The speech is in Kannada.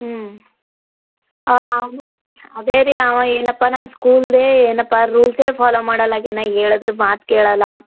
ಹ್ಞೂ ಅದೇ ರೀ ಅವ ಏನಪ್ಪ ನಮ್ದು ಸ್ಕೂಲ್ದೇ ಏನಪ್ಪ ರೂಲ್ಸೇ ಫಾಲೋ ಮಾಡಲ್ಲ ಆಗೇನ ಹೇಳದ್ರು ಮಾತು ಕೇಳಲ್ಲ